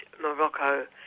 Morocco